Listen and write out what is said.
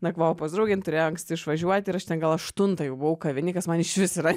nakvojau pas draugę jin turėjo anksti išvažiuoti ir aš ten gal aštuntą jau buvau kavinėj kas man išvis yra